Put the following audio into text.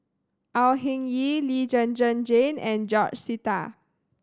Au Hing Yee Lee Zhen Zhen Jane and George Sita